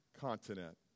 continent